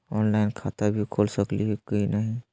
Online खाता भी खुल सकली है कि नही?